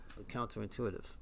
counterintuitive